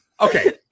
Okay